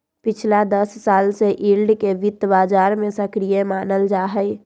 पिछला दस साल से यील्ड के वित्त बाजार में सक्रिय मानल जाहई